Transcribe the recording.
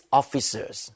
officers